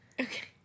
Okay